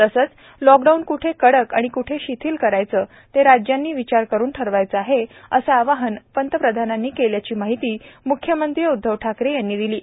तसंच लॉकडाऊन कठे कडक आणि कुठे शिथिल करायचे ते राज्यांनी विचार करून ठरवायचे आहे असं आवाहन प्रधानमंत्र्यांनी केल्याची माहिती मुख्यमंत्री उद्धव ठाकरे यांनी दिली आहे